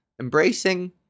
embracing